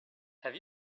have